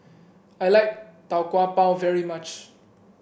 I like Tau Kwa Pau very much